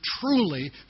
truly